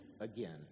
again